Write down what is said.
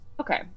Okay